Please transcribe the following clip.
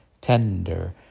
tender